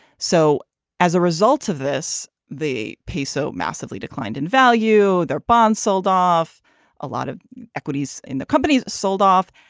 so as a result of this the peso massively declined in value their bonds sold off a lot of equities in the companies sold off.